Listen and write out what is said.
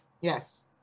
Yes